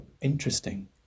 interesting